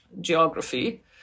geography